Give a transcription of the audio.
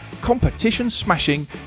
competition-smashing